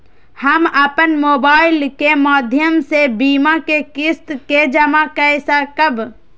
हम अपन मोबाइल के माध्यम से बीमा के किस्त के जमा कै सकब?